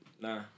Nah